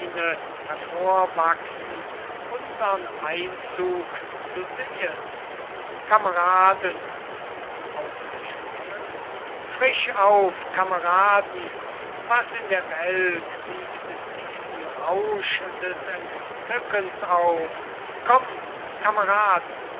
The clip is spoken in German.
hervorwachsen unsern einzug zu sehen kameraden aufgesprungen frisch auf kameraden was in der welt wiegt diesen rausch des entzückens auf kommt kameraden